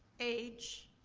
age,